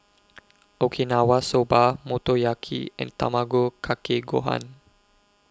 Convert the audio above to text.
Okinawa Soba Motoyaki and Tamago Kake Gohan